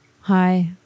Hi